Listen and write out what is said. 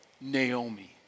Naomi